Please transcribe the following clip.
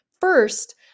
First